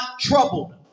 troubled